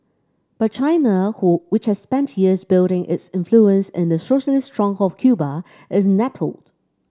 but China who which has spent years building its influence in the socialist stronghold of Cuba is nettled